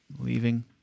leaving